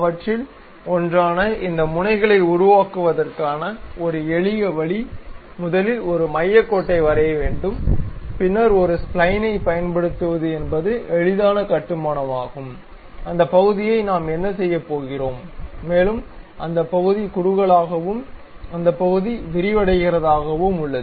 அவற்றில் ஒன்றான இந்த முனைகளை உருவாக்குவதற்கான ஒரு எளிய வழி முதலில் ஒரு மையக் கோட்டை வரைய வேண்டும் பின்னர் ஒரு ஸ்ப்லைனைப் பயன்படுத்துவது என்பது எளிதான கட்டுமானமாகும் அந்த பகுதியை நாம் என்ன செய்யப் போகிறோம் மேலும் அந்த பகுதி குறுகலாகவும் அந்த பகுதி விரிவடைகிறதாகவும் உள்ளது